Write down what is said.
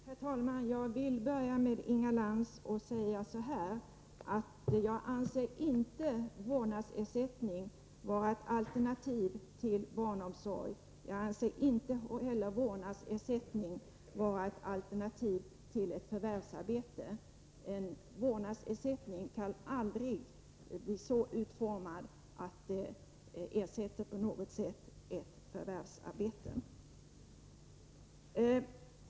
Herr talman! Jag vill börja med att svara Inga Lantz och säga: Jag anser inte vårdnadsersättning vara ett alternativ till barnomsorg. Inte heller anser jag vårdnadsersättning vara ett alternativ till ett förvärvsarbete. En vårdnadsersättning kan aldrig bli så utformad att den på något sätt ersätter ett förvärvsarbete.